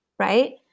right